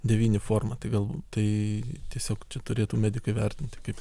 devyni forma tai gal tai tiesiog turėtų medikai vertinti kaip